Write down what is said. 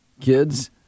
kids